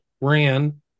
ran